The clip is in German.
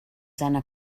seiner